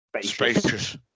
spacious